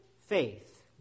faith